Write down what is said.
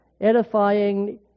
Edifying